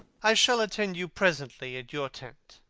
i shall attend you presently at your tent.